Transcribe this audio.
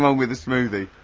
um with a smoothie.